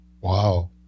wow